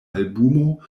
albumo